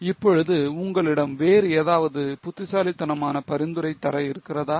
இப்பொழுது உங்களிடம் வேறு ஏதாவது புத்திசாலித்தனமான பரிந்துரை தர இருக்கிறதா